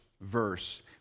verse